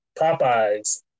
Popeyes